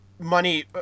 money